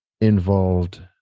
involved